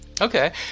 Okay